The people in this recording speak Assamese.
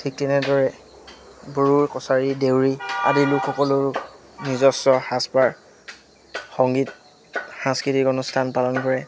ঠিক তেনেদৰে বড়ো কছাৰী দেউৰী আদি লোকসকলৰো নিজস্ব সাজপাৰ সংগীত সাংস্কৃতিক অনুষ্ঠান পালন কৰে